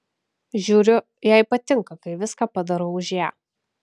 žiūriu jai patinka kai viską padarau už ją